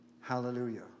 Hallelujah